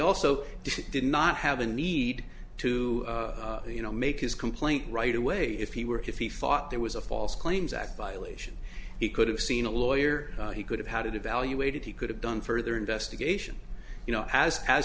also did not have a need to you know make his complaint right away if he were if he thought there was a false claims act violation he could have seen a lawyer he could have had it evaluated he could have done further investigation you know as as